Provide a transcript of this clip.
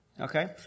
Okay